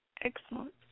Excellent